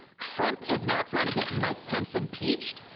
trump is now trying to get mike pence impeached?